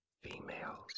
Females